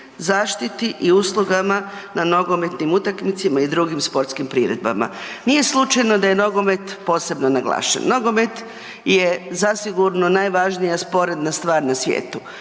zaštiti i uslugama na nogometnim utakmicama i drugim sportskim priredbama. Nije slučajno da je nogomet posebno naglašen, nogomet je zasigurno najvažnija sporedna stvar na svijetu.